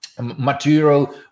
material